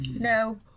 No